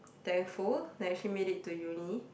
thankful that I actually made it to uni